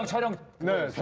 i don't know